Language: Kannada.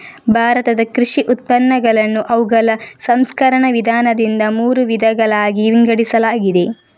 ಭಾರತದ ಕೃಷಿ ಉತ್ಪನ್ನಗಳನ್ನು ಅವುಗಳ ಸಂಸ್ಕರಣ ವಿಧಾನದಿಂದ ಮೂರು ವಿಧಗಳಾಗಿ ವಿಂಗಡಿಸಲಾಗಿದೆ